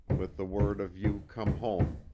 with the word of you come home,